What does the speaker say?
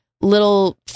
little